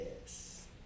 Yes